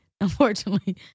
Unfortunately